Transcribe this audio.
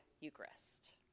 Eucharist